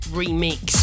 remix